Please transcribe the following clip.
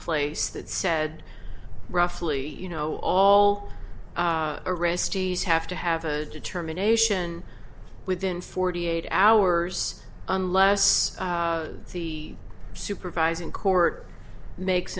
place that said roughly you know all arrestees have to have a determination within forty eight hours unless the supervising court makes